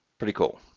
pretty cool.